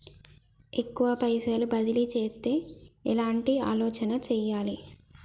ఎక్కువ పైసలు బదిలీ చేత్తే ఎట్లాంటి ఆలోచన సేయాలి?